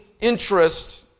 interest